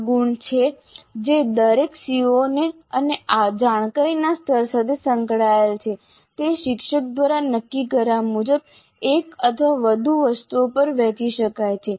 આ ગુણ જે દરેક CO અને જાણકારીના સ્તર સાથે સંકળાયેલા છે તે શિક્ષક દ્વારા નક્કી કર્યા મુજબ એક અથવા વધુ વસ્તુઓ પર વહેંચી શકાય છે